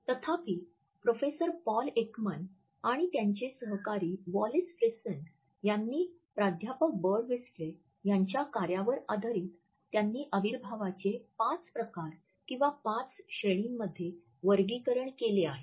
तथापि professor Paul Ekman आणि त्यांचे सहकारी वॉलेस फ्रिसन यांनी प्राध्यापक बर्डव्हिस्टेल यांच्या कार्यावर आधारित त्यांनी अविर्भावाचे पाच प्रकार किंवा पाच श्रेणींमध्ये वर्गीकरण केले आहे